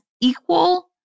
equal